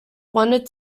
wanted